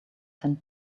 sent